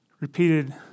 repeated